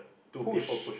push